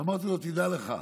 ואמרתי לו: תדע לך,